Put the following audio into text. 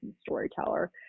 storyteller